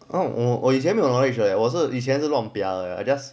我我我以前没有 knowledge 我是以前是乱 pia I just